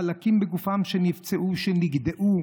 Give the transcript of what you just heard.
חלקים בגופם, שנפצעו, שנגדעו,